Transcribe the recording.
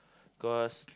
cause